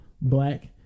black